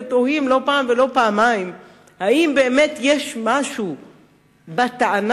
ותוהים לא פעם ולא פעמיים אם באמת יש משהו בטענה